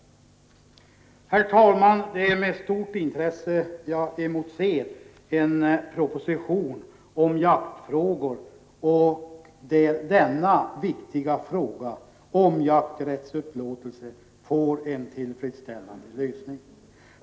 rg Så sdp San NE CAN Herr talman! Det är med stort intresse jag emotser en proposition om jaktfrågor, där denna viktiga fråga om jakträttsupplåtelser får en tillfredsställande lösning.